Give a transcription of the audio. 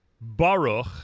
Baruch